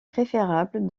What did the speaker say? préférable